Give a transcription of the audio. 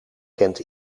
kent